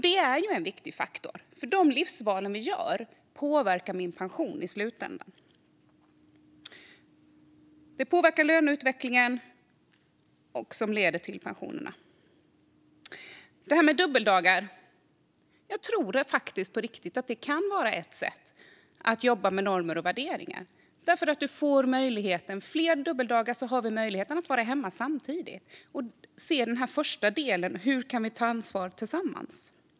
Det är ju en viktig faktor, för de livsval vi gör påverkar pensionen i slutändan. Det påverkar löneutvecklingen, vilken avgör pensionen. Detta med dubbeldagar tror jag på riktigt kan vara ett sätt att jobba med normer och värderingar. Med fler dubbeldagar har föräldrarna möjlighet att vara hemma samtidigt och se hur de kan ta ansvar tillsammans.